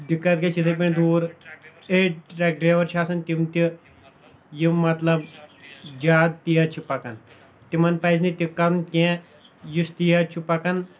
دِکت گژھِ یِتھٕے پٲٹھۍ دوٗر أڈۍ ٹریک ڈرایور چھِ آسان تِم تہِ یِم مطلب زیادٕ تیز چھِ پَکان تِمن پَزِ نہٕ تہِ کَرُن کیٚنٛہہ یُس تیز چُھ پَکان